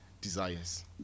desires